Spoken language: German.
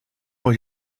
vor